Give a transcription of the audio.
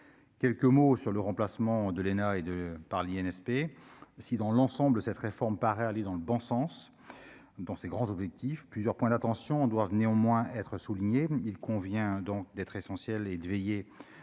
quelques mots sur le remplacement de l'ENA et de par l'INRP si dans l'ensemble, cette réforme paraît aller dans le bon sens dans ces grands objectifs plusieurs points d'intentions doivent néanmoins être souligné, il convient donc d'être essentiel et de veiller